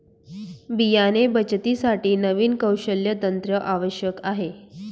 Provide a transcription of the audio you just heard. बियाणे बचतीसाठी नवीन कौशल्य तंत्र आवश्यक आहे